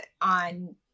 on